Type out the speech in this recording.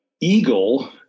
eagle